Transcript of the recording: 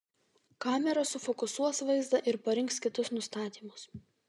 kamera sufokusuos vaizdą ir parinks kitus nustatymus